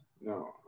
no